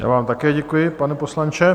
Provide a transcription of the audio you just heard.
Já vám také děkuji, pane poslanče.